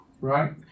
right